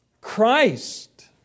Christ